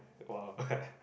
!wow!